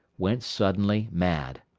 went suddenly mad.